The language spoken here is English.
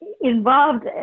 involved